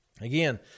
again